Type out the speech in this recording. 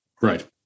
Right